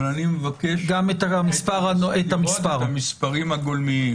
אבל אני מבקש לראות את המספרים הגולמיים.